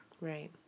Right